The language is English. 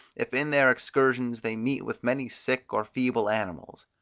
if in their excursions they meet with many sick or feeble animals.